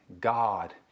God